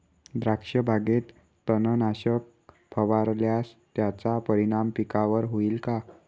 द्राक्षबागेत तणनाशक फवारल्यास त्याचा परिणाम पिकावर होईल का?